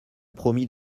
promis